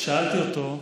שאלתי אותו: